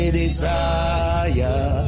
desire